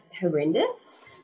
horrendous